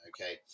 okay